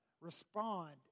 respond